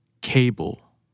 Cable